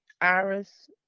Iris